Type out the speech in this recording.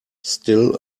still